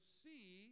see